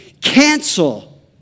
Cancel